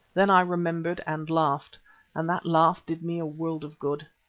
then i remembered and laughed and that laugh did me a world of good.